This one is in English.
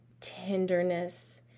tenderness